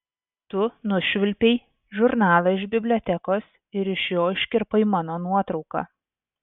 tu nušvilpei žurnalą iš bibliotekos ir iš jo iškirpai mano nuotrauką